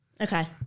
Okay